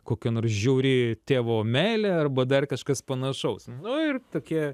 kokia nors žiauri tėvo meilė arba dar kažkas panašaus nu ir tokie